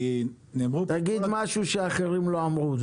כי נאמרו פה --- תגיד משהו שאחרים לא אמרו,